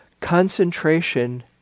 Concentration